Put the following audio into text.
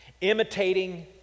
imitating